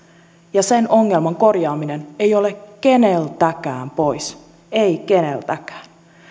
ja sen ongelman korjaaminen ei ole keneltäkään pois ei keneltäkään